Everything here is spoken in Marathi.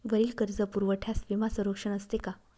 वरील कर्जपुरवठ्यास विमा संरक्षण असते का?